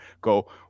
go